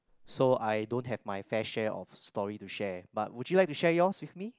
so I don't have my fair share of story to share but would you like to share yours with me